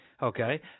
Okay